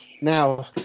now